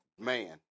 man